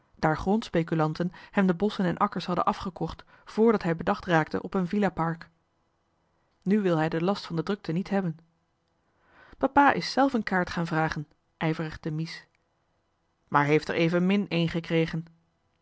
daar grondspeculanten hem de bosschen en akkers hadden afgekocht voordat hij bedacht raakte op een villa park nu wil hij den last van de drukte niet hebben papa is zelf een kaart gaan vragen ijverigde mies maar heeft er evenmin een gekregen